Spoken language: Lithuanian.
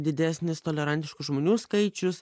didesnis tolerantiškų žmonių skaičius